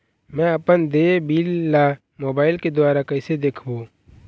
मैं अपन देय बिल ला मोबाइल के द्वारा कइसे देखबों?